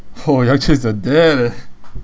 oh yang quan is your dad eh